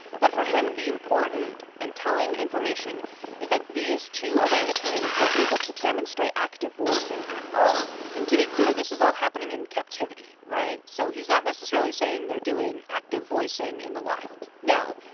but for him, the important and telling information is that these two orangutans were able to demonstrate active voicing at all and to be clear, this is all happening in captivity, right? so he's not necessarily saying they're doing active voicing in the wild no.